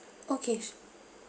okay